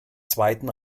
zweiten